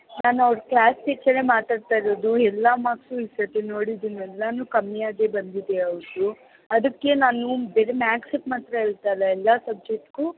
ನಾನು ಅವ್ರ ಕ್ಲಾಸ್ ಟೀಚರೇ ಮಾತಾಡ್ತ ಇರೋದು ಎಲ್ಲ ಮಾರ್ಕ್ಸು ಈ ಸರ್ತಿ ನೋಡಿದಿನಿ ಎಲ್ಲಾ ಕಮ್ಮಿಯಾಗೆ ಬಂದಿದೆ ಅವರದ್ದು ಅದಕ್ಕೆ ನಾನು ಬೇರೆ ಮಾಥ್ಸ್ಗೆ ಮಾತ್ರ ಹೇಳ್ತಾಯಿಲ್ಲ ಎಲ್ಲ ಸಬ್ಜೆಕ್ಟ್ಗೂ